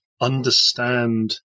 understand